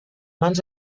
mans